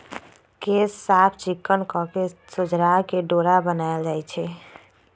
केश साफ़ चिक्कन कके सोझरा के डोरा बनाएल जाइ छइ